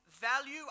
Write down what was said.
value